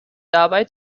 dabei